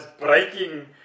breaking